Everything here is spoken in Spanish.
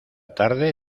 tarde